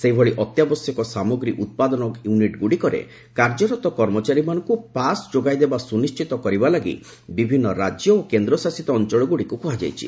ସେହିଭଳି ଅତ୍ୟାବଶ୍ୟକ ସାମଗ୍ରୀ ଉତ୍ପାଦନ ୟୁନିଟ୍ଗୁଡ଼ିକରେ କାର୍ଯ୍ୟରତ କର୍ମଚାରୀମାନଙ୍କୁ ପାଶ୍ ଯୋଗାଇଦେବା ସୁନିଶ୍ଚିତ କରିବା ଲାଗି ବିଭିନ୍ନ ରାଜ୍ୟ ଓ କେନ୍ଦ୍ର ଶାସିତ ଅଞ୍ଚଳଗୁଡ଼ିକୁ କୁହାଯାଇଛି